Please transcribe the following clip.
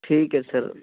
ਠੀਕ ਹੈ ਸਰ